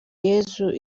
yezu